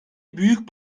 büyük